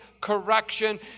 correction